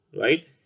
right